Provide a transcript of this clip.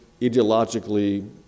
ideologically